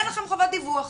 אין לכם חובת דיווח